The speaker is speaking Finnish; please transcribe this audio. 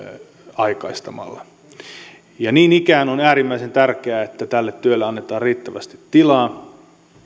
aikaistamalla niin ikään on äärimmäisen tärkeää että tälle työlle annetaan riittävästi tilaa